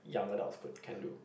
young adults could can do